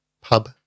pub